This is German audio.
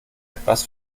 etwas